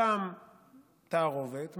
שם תערובת,